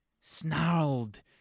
snarled